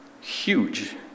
huge